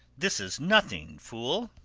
this is nothing, fool.